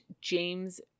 James